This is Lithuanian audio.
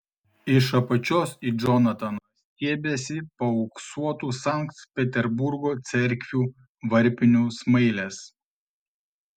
iš apačios į džonataną stiebiasi paauksuotų sankt peterburgo cerkvių varpinių smailės